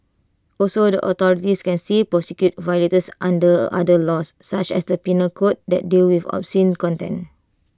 also the authorities can save prosecute violators under other laws such as the Penal code that deal with obscene content